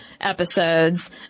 episodes